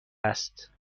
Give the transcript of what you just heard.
است